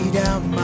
down